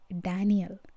daniel